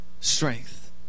strength